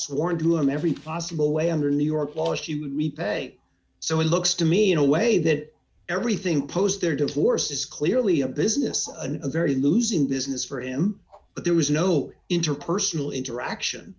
sworn to him every possible way under new york law repay so it looks to me in a way that everything post their divorce is clearly a business and a very losing business for him but there was no interpersonal interaction